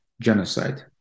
genocide